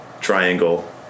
triangle